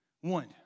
One